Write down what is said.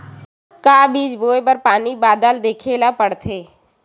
का बीज बोय बर पानी बादल देखेला पड़थे?